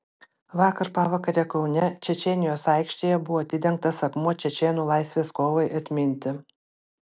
vakar pavakare kaune čečėnijos aikštėje buvo atidengtas akmuo čečėnų laisvės kovai atminti